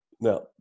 Now